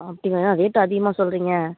அப்படிங்களா ரேட்டு அதிகமாக சொல்கிறிங்க